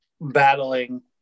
battling